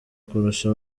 kurusha